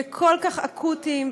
וכל כך אקוטיים,